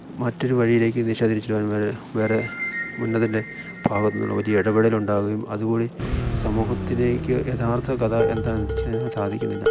മറ്റൊരു വഴിയിലേക്ക് ദിശ തിരിച്ചിവിടുവാൻ വരെ വരെ മുന്നതിൻ്റെ ഭാഗത്ത് നിന്ന് വലിയ ഇടപെടലുണ്ടാവുകയും അതുകൂടി സമൂഹത്തിലേക്ക് യഥാർത്ഥ കഥ എന്താണെന്ന് എത്തിച്ച് തരാൻ സാധിക്കുന്നില്ല